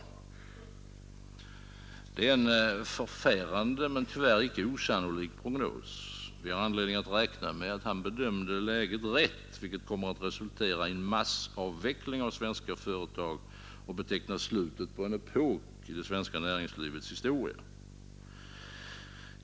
— Det är en förfärande men tyvärr icke osannolik prognos; vi har anledning att räkna med att han bedömde läget rätt, vilket kommer att resultera i massavveckling av svenska företag och beteckna slutet på en epok i det svenska näringslivets historia.